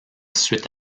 suite